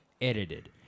edited